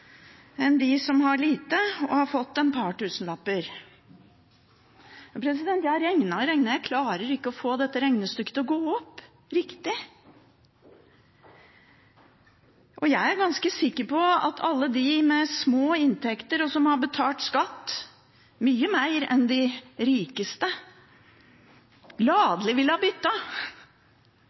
enn et par tusenlapper, som de som har lite, har fått. Jeg har regnet og regnet, og jeg klarer ikke å få dette regnestykket til å gå opp riktig. Jeg er ganske sikker på at alle de med små inntekter og som har betalt skatt, mye mer enn de rikeste, gladelig ville ha